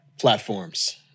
platforms